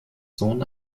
sohn